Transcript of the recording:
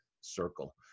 circle